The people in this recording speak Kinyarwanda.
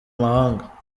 mahanga